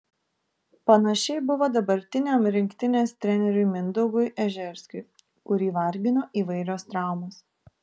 panašiai buvo dabartiniam rinktinės treneriui mindaugui ežerskiui kurį vargino įvairios traumos